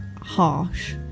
harsh